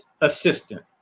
assistant